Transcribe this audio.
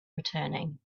returning